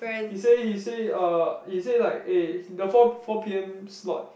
he say he say uh he say like eh the four four p_m slot